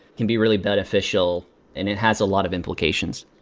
can be really beneficial and it has a lot of implications.